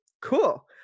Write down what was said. cool